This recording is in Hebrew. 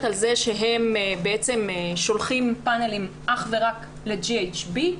על זה שהם שולחים פאנלים אך ורק ל-GHB,